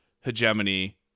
hegemony